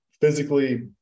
physically